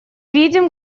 видим